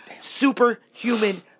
superhuman